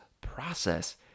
process